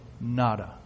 Nada